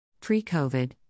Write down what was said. Pre-COVID